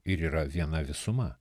ir yra viena visuma